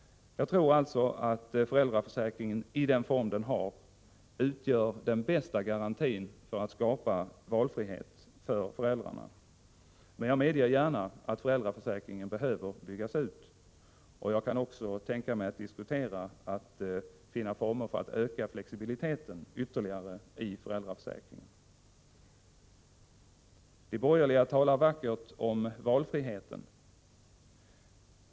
Jag tror vidare att föräldraförsäkringen utgör den bästa garantin för att skapa valfrihet för föräldrarna. Men jag medger gärna att föräldraförsäkringen behöver byggas ut, och jag kan också tänka mig att diskutera formerna för att öka flexibiliteten ytterligare i föräldraförsäkringen. De borgerliga talar vackert om valfriheten.